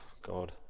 God